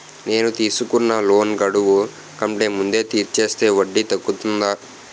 నేను తీసుకున్న లోన్ గడువు కంటే ముందే తీర్చేస్తే వడ్డీ తగ్గుతుందా?